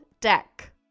Deck